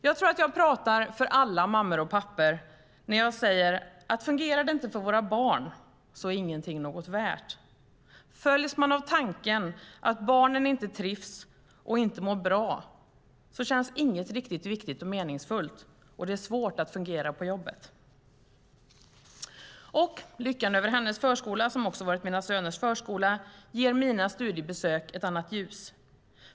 Jag tror att jag talar för alla mammor och pappor när jag säger att om det inte fungerar för våra barn är ingenting värt något. Följs man av tanken att barnen inte trivs och inte mår bra känns inget riktigt viktigt och meningsfullt, och det är svårt att fungera på jobbet. Och lyckan över hennes förskola - som också varit mina söners förskola - ger mina studiebesök ett annat ljus.